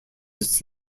its